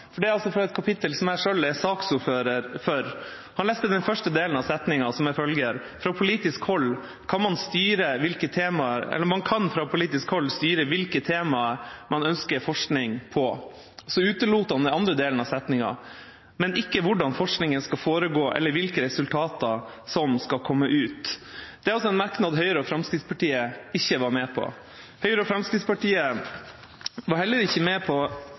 for det er altså fra et kapittel som jeg selv er saksordfører for. Han leste den første delen av setningen: «Man kan fra politisk hold styre hvilke temaer en fra politisk hold ønsker forskning på.» Så utelot han den andre delen av setningen: «… men ikke hvordan forskningen skal foregå, eller hvilke resultater som skal komme ut.» Dette er altså en merknad Høyre og Fremskrittspartiet ikke var med på. Høyre og Fremskrittspartiet var heller ikke med på